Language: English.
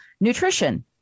nutrition